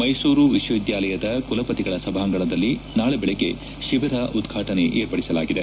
ಮ್ಯೆಸೂರು ವಿಶ್ವವಿದ್ಯಾಲಯದ ಕುಲಪತಿಗಳ ಸಭಾಂಗಣದಲ್ಲಿ ನಾಳೆ ಬೆಳಗ್ಗೆ ತಿಬಿರ ಉದ್ಘಾಟನೆ ಏರ್ಪಡಿಸಲಾಗಿದೆ